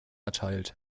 erteilt